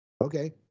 okay